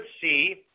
see